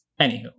Anywho